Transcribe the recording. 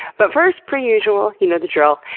but first, per usual, you know the drill.